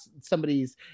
somebody's